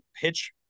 pitch